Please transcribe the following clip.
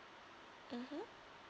mmhmm